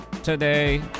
today